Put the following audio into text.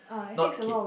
not kick